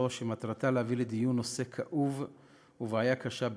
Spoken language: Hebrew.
זו שמטרתה להביא לדיון נושא כאוב ובעיה קשה ביותר: